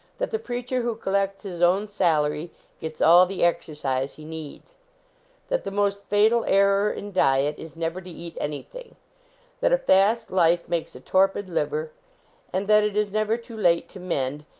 that the preacher who collects his own salary gets all the exercise he needs that the most fatal error in diet is never to eat anything that a fast life makes a torpid liver and that it is never too late to mend,